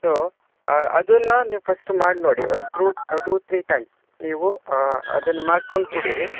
so ಅ ಅದನ್ನು ನೀವು ಫಸ್ಟ್ ಮಾಡಿ ನೋಡಿ ಒಂದು ತ್ರೂ ಟು ತ್ರಿ ಟೈಮ್ಸ್ ನೀವು ಅದನ್ನು ಮಾಡಿಕೊಂಡು ಕುಡಿಯಿರಿ